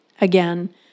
Again